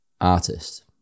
artist